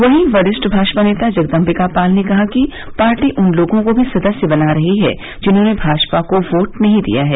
वहीं वरिष्ठ भाजपा नेता जगदंबिका पाल ने कहा कि पार्टी उन लोगों को भी सदस्य बना रही है जिन्होंने भाजपा को वोट नहीं दिया है